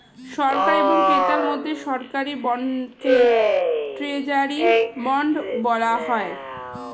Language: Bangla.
সরকার এবং ক্রেতার মধ্যে সরকারি বন্ডকে ট্রেজারি বন্ডও বলা হয়